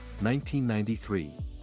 1993